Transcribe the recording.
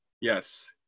Yes